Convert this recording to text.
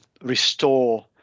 restore